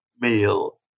meal